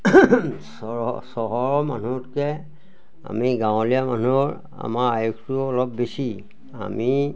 চহৰৰ মানুহতকৈ আমি গাঁৱলীয়া মানুহৰ আমাৰ আয়ুসটো অলপ বেছি আমি